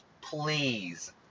Please